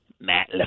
Matt